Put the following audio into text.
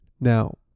Now